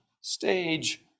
stage